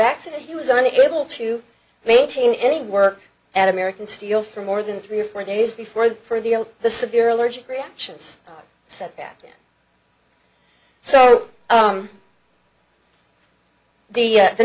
accident he was unable to maintain any work at american steel for more than three or four days before the for the the severe allergic reactions set back so the the